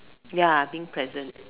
ya I think present